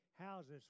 houses